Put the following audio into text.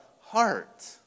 heart